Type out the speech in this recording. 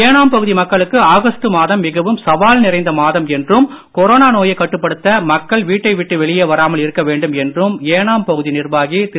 ஏனாம் பகுதி மக்களுக்கு ஆகஸ்ட் மாதம் மிகவும் சவால் நிறைந்த மாதம் என்றும் கொரோனா நோயைக் கட்டுப்படுத்த மக்கள் வீட்டை விட்டு வெளியே வராமல் இருக்க வேண்டும் என்றும் ஏனாம் பகுதி நிர்வாகி திரு